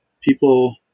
people